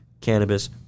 cannabis